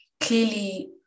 clearly